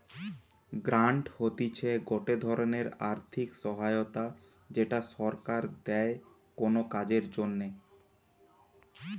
grant হতিছে গটে ধরণের আর্থিক সহায়তা যেটা সরকার দেয় কোনো কাজের জন্যে